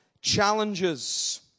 challenges